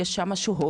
יש שם שוהות,